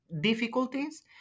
difficulties